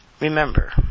remember